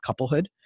couplehood